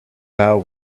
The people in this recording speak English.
vow